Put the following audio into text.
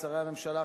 שרי הממשלה,